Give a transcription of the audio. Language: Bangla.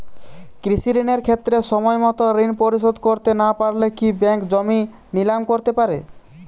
কৃষিঋণের ক্ষেত্রে সময়মত ঋণ পরিশোধ করতে না পারলে কি ব্যাঙ্ক জমি নিলাম করতে পারে?